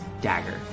dagger